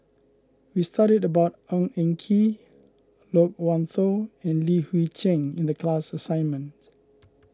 we studied about Ng Eng Kee Loke Wan Tho and Li Hui Cheng in the class assignment